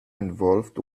involved